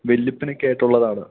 വല്ല്യപ്പനൊക്കെയായിട്ടുള്ളതാണ്